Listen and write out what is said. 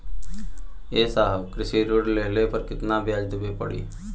ए साहब कृषि ऋण लेहले पर कितना ब्याज देवे पणी?